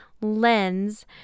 lens